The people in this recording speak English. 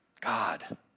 God